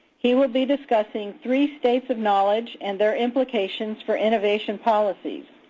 he will be discussing three states of knowledge and their implications for innovation policies.